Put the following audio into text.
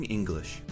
English